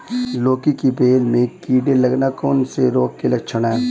लौकी की बेल में कीड़े लगना कौन से रोग के लक्षण हैं?